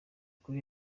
kuri